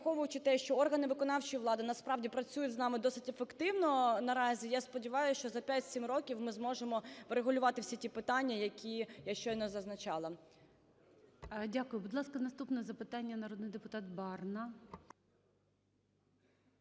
враховуючи те, що органи виконавчої влади насправді працюють з нами досить ефективно, наразі я сподіваюсь, що за 5-7 років ми зможемо врегулювати всі ті питання, які я щойно зазначала. ГОЛОВУЮЧИЙ. Дякую. Будь ласка, наступне запитання – народний депутат Барна.